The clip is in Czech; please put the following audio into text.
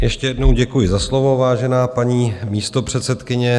Ještě jednou děkuji za slovo, vážená paní místopředsedkyně.